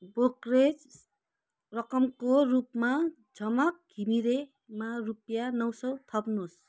brokerage रकमको रूपमा झमक घिमिरेमा रुपियाँ नौ सौ थप्नुहोस्